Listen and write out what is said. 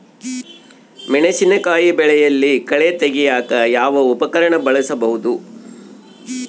ಮೆಣಸಿನಕಾಯಿ ಬೆಳೆಯಲ್ಲಿ ಕಳೆ ತೆಗಿಯಾಕ ಯಾವ ಉಪಕರಣ ಬಳಸಬಹುದು?